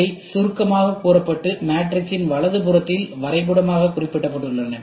இவை பின்னர் சுருக்கமாகக் கூறப்பட்டு மேட்ரிக்ஸின் வலது புறத்தில் வரைபடமாகக் குறிப்பிடப்படுகின்றன